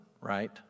right